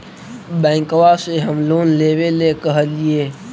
बैंकवा से हम लोन लेवेल कहलिऐ?